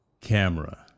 camera